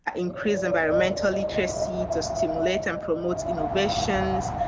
ah increased environmental literacy to stimulate and promote innovation,